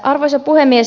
arvoisa puhemies